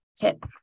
tip